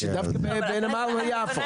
דווקא בנמל יפו.